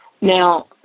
Now